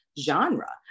genre